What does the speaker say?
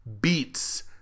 beats